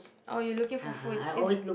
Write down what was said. oh you looking for food is